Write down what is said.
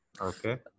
Okay